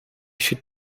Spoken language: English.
should